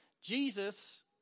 Jesus